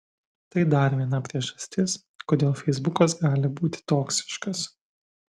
tai dar viena priežastis kodėl feisbukas gali būti toksiškas